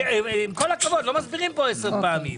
עם כל הכבוד, לא מסבירים פה עשר פעמים.